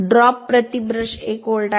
drop प्रति brush 1 volt आहे